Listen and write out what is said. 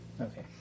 Okay